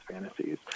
fantasies